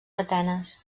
atenes